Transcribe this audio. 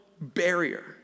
barrier